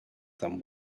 tan